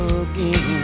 again